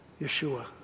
Yeshua